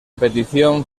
petición